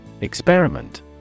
Experiment